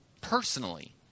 personally